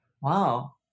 Wow